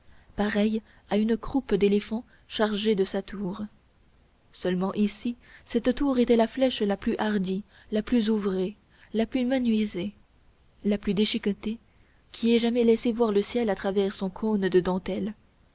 pareil à une croupe d'éléphant chargée de sa tour seulement ici cette tour était la flèche la plus hardie la plus ouvrée la plus menuisée la plus déchiquetée qui ait jamais laissé voir le ciel à travers son cône de dentelle